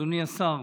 אדוני השר,